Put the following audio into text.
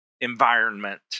environment